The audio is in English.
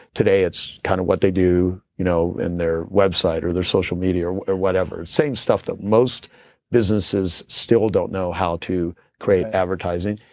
today it's kind of what they do you know and their website or their social media or whatever. same stuff that most businesses still don't know how to create advertising.